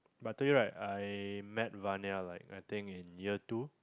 I told you right I met Varnia like I think in year two